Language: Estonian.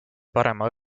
parema